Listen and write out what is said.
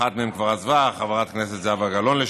אחת מהם כבר עזבה, חברת הכנסת לשעבר זהבה גלאון.